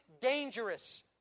dangerous